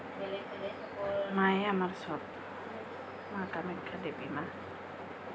মায়েই আমাৰ সব মা কামাখ্যা দেৱীমা